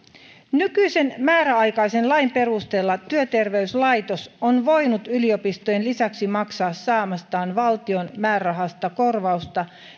nykyisen määräaikaisen lain perusteella työterveyslaitos on voinut yliopistojen lisäksi maksaa saamastaan valtion määrärahasta korvausta